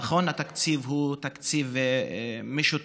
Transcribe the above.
נכון, התקציב הוא תקציב משותף,